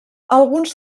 alguns